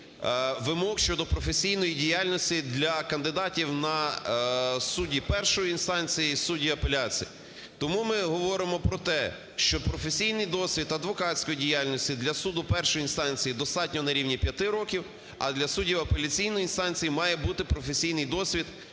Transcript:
вимог щодо професійної діяльності для кандидатів на судді першої інстанції, судді апеляції. Тому ми говоримо про те, що професійний досвід адвокатської діяльності для суду першої інстанції достатньо на рівні 5 років, а для суддів апеляційної інстанції має бути професійний досвід